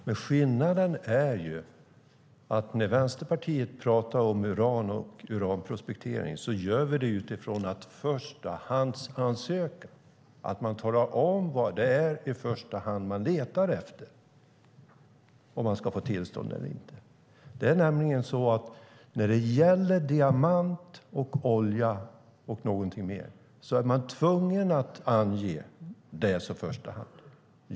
Men skillnaden är att när Vänsterpartiet talar om uran och uranprospektering gör vi det utifrån att det ska föregås av en förstahandsansökan, att man talar om vad det i första hand är man letar efter, för att man ska få tillstånd eller inte. När det gäller diamant, olja och någonting mer är man nämligen tvungen att ange detta i första hand.